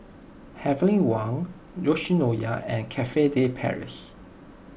Heavenly Wang Yoshinoya and Cafe De Paris